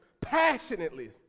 passionately